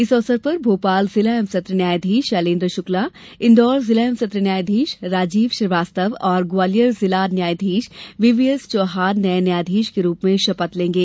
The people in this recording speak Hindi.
इस अवसर पर भोपाल जिला एवं सत्र न्यायाधीश शैलेन्द्र शुक्ला इंदौर जिला एवं सत्र न्यायाधीश राजीव श्रीवास्तव और ग्वालियर जिला न्यायाधीश वीवीएस चौहान नए न्यायाधीश के रूप मैं शपथ लेंगे